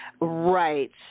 right